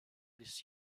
this